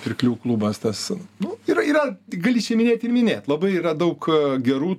pirklių klubas tas nu yra yra gali čia minėt ir minėt labai yra daug gerų